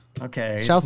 Okay